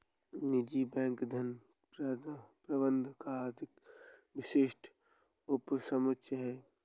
निजी बैंकिंग धन प्रबंधन का अधिक विशिष्ट उपसमुच्चय है